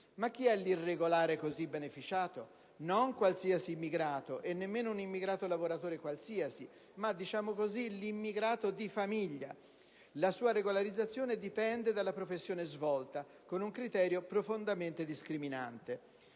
Ma chi è l'irregolare così beneficiato? Non qualsiasi immigrato, e nemmeno un immigrato lavoratore qualsiasi, ma - diciamo così - l'immigrato "di famiglia". La sua regolarizzazione dipende dalla professione svolta, con un criterio profondamente discriminante.